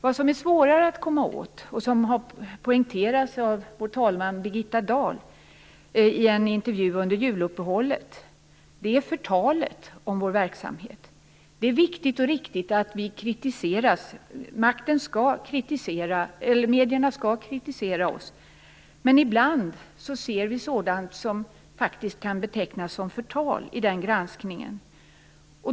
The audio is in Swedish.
Vad som är svårare att komma åt, och som har poängterats av vår talman Birgitta Dahl i en intervju under juluppehållet, är förtalet av vår verksamhet. Det är viktigt och riktigt att vi kritiseras. Medierna skall kritisera oss. Men ibland ser vi sådant som faktiskt kan betecknas som förtal i den granskningen.